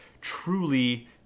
truly